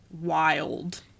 wild